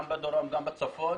גם בדרום וגם בצפון,